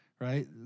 Right